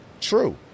True